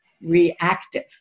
reactive